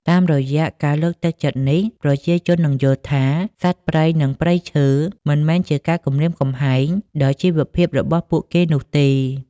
តាមរយៈការលើកទឹកចិត្តនេះ ប្រជាជននឹងយល់ថា សត្វព្រៃ និងព្រៃឈើ មិនមែនជាការគំរាមកំហែងដល់ជីវភាពរបស់ពួកគេនោះទេ